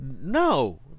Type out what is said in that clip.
no